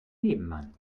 nebenmann